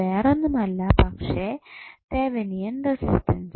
വേറൊന്നുമല്ല പക്ഷെ Thevenin resistance